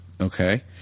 okay